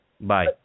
Bye